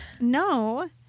no